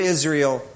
Israel